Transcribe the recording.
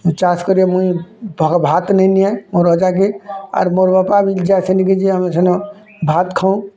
choice କରବେ ମୁଇଁ ଭାଗ୍ ଭାତ୍ ନେଇଁ ନିଏ ମୋର ଅଜାକେ ଆର୍ ମୋର୍ ବାପା ବିଲ ଯାଏସନ୍ ନିକିଯିଁ ଆମେ ସେନୁ ଭାତ୍ ଖାଉଁ